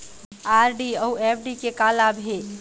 RD अऊ FD के का लाभ हे?